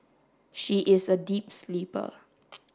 she is a deep sleeper